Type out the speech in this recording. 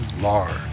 large